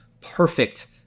perfect